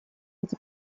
эти